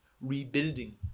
rebuilding